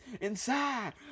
inside